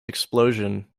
explosion